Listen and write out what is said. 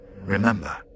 Remember